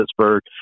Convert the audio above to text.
Pittsburgh